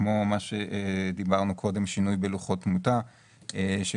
כפי שדיברנו קודם על שינוי בלוחות תמותה שיכולה